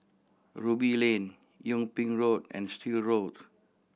Ruby Lane Yung Ping Road and Still Road